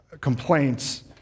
complaints